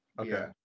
Okay